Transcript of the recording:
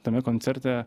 tame koncerte